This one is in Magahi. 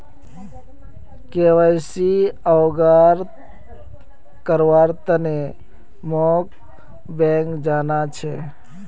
के.वाई.सी अवगत करव्वार तने मोक बैंक जाना छ